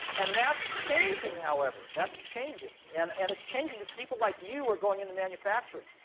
and that's changing, however. that's changing. and and it's changing, because people like you are going into manufacturing.